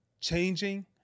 changing